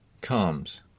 comes